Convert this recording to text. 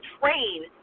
train